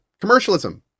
commercialism